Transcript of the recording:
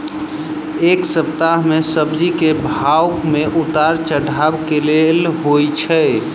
एक सप्ताह मे सब्जी केँ भाव मे उतार चढ़ाब केल होइ छै?